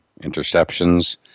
interceptions